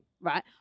Right